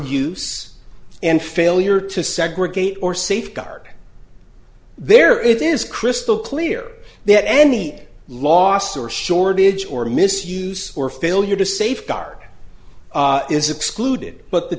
use and failure to segregate or safeguard there it is crystal clear that any loss or shortage or misuse or failure to safeguard is excluded but the